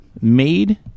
made